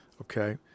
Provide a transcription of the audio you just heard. okay